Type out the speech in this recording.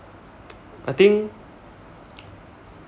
I think